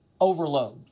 Overload